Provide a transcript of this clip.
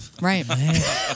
right